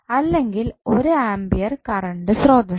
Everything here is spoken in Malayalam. അല്ലെങ്കിൽ ഒരു ആമ്പിയർ കറണ്ട് സ്രോതസ്സ്